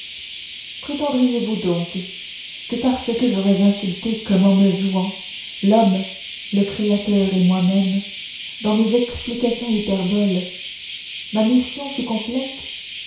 prétendriez-vous donc que parce que j'aurais insulté comme en me jouant l'homme le créateur et moi-même dans mes explicables hyperboles ma mission fût complète